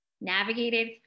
navigated